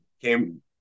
came